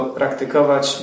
praktykować